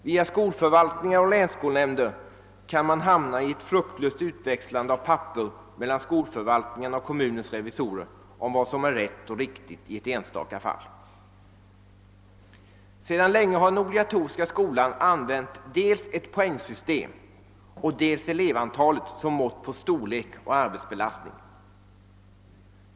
Via skolförvaltningar och länsskolnämnder kan man hamna i en situation med ett fruktlöst utväxlande av papper mellan skolförvaltningarna och kommunens revisorer om vad som är rätt och riktigt i ett enstaka fall. Sedan länge har den obligatoriska skolan använt dels ett poängsystem, dels elevantalet som mått på storlek och arbetsbelastning.